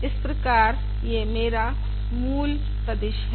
इस प्रकार यह मेरा मूल सदिश है